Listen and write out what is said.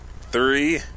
three